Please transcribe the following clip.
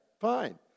fine